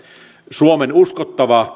suomen uskottava